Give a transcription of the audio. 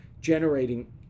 generating